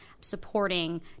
supporting